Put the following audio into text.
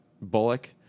Bullock